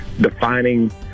defining